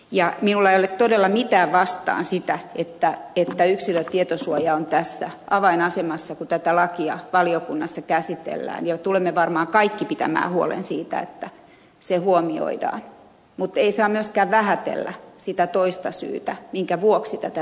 ja minulle oli todella mikä vastaa sitä että edda yksilön tietosuoja on tässä avainasemassa tätä lakia valiokunnassa käsitellään ja tulemme varmaan kaikki tämä huolen siitä että se huomioidaan muttei saa myöskään vähätellä sitä toista syytä minkä vuoksi tätä